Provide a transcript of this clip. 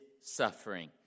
suffering